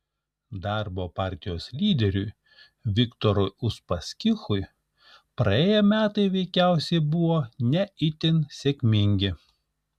darbo partijos lyderiui viktorui uspaskichui praėję metai veikiausiai buvo ne itin sėkmingi